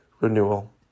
Renewal